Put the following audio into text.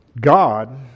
God